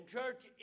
church